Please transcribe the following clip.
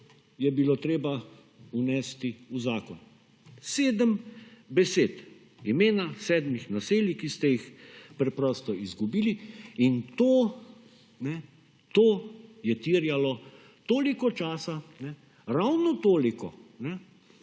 je bilo treba vnesti v zakon. 7 besed, imena sedmih naselij, i ste jih preprosto izgubili in to je terjalo toliko časa, ravno toliko,